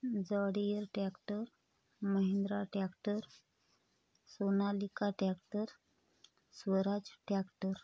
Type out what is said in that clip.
John Deere tractor Mahindra tractor Sonalika tractor Swaraj tractor